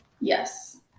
yes